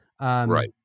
right